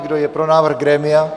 Kdo je pro návrh grémia?